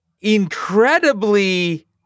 incredibly